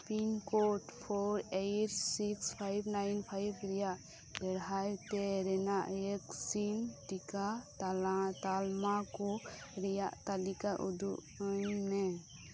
pin code four eight six five nine five ᱨᱮᱭᱟᱜ ᱵᱮᱲᱦᱟᱭ ᱛᱮ ᱨᱮᱱᱟᱜ ᱵᱷᱮᱠᱥᱤᱱ ᱴᱤᱠᱟ ᱛᱟᱞᱢᱟ ᱠᱚ ᱨᱮᱭᱟᱜ ᱛᱟᱞᱤᱠᱟ ᱩᱫᱩᱜ ᱟᱹᱧ ᱢᱮ